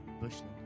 Bushland